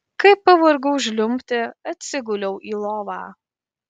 kai pavargau žliumbti atsiguliau į lovą